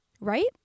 Right